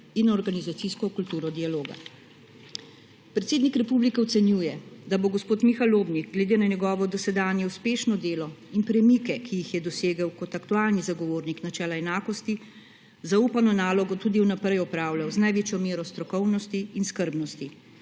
in organizacijsko kulturo dialoga. Predsednik republike ocenjuje, da bo gospod Miha Lobnik glede na njegovo dosedanje uspešno delo in premike, ki jih je dosegel kot aktualni zagovornik načela enakosti, zaupano nalogo tudi vnaprej opravljal z največjo mero strokovnosti in skrbnosti.